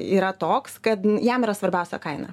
yra toks kad jam yra svarbiausia kaina